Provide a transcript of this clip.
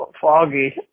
foggy